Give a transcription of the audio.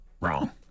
wrong